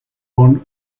von